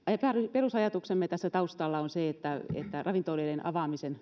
perusajatuksemme tässä taustalla on se että ravintoloiden avaamisen